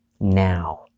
now